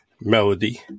Melody